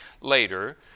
later